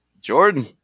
Jordan